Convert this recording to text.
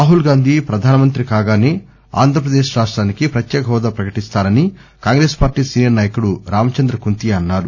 రాహుల్ గాంధీ ప్రధానమంత్రి కాగానే ఆంధ్రప్రదేశ్ రాష్టానికి ప్రత్యేక హోదా ప్రకటిస్తారని కాంగ్రెస్ పార్టీ సీనియర్ నాయకుడు రామ్చంద్ర కుంతియా అన్నారు